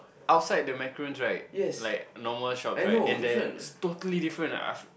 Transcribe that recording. outside the macaroon right like normal shop right and the totally different ah I've